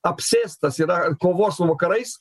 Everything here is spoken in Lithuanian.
apsėstas yra kovos su vakarais